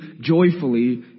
joyfully